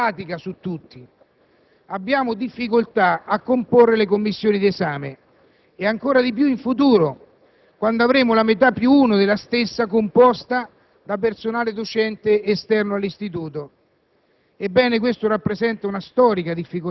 C'era da considerare anche un fatto di natura pratica. Abbiamo difficoltà a comporre le commissioni di esame e ne avremo ancora di più in futuro, quando avremo la metà più uno delle stesse composta da personale docente esterno all'istituto.